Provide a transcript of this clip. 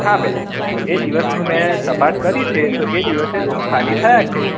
હા બેન એ દિવસનું મેં તપાસ કરી છે તો એ દિવસે રૂમ ખાલી થયા છે